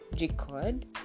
record